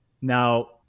Now